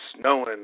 snowing